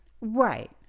Right